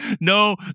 no